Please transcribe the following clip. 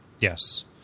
Yes